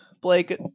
Blake